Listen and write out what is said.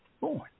born